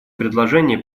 предложения